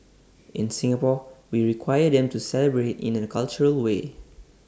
in Singapore we require them to celebrate in A cultural way